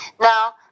Now